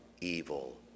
evil